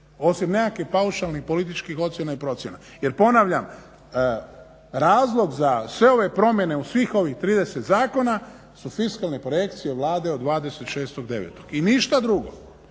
osim nekakvih paušalnih političkih ocjena i procjena. Jer ponavljam, razlog za sve ove promjene u svih ovih 30 zakona su fiskalne projekcije Vlade od 26.9. i ništa drugo.